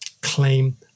claim